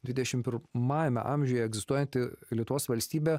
dvidešimt pirmajame amžiuje egzistuojanti lietuvos valstybė